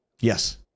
Yes